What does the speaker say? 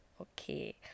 Okay